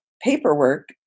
paperwork